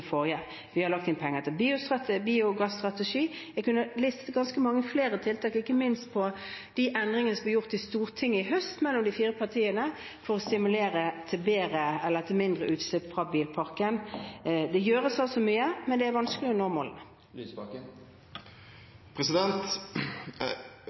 forrige. Vi har lagt inn penger til biogass-strategi. Jeg kunne ha listet opp ganske mange flere tiltak, ikke minst når det gjelder de endringene som er gjort i Stortinget i høst mellom de fire partiene, for å stimulere til mindre utslipp fra bilparken. Det gjøres altså mye, men det er vanskelig å nå målene.